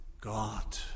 God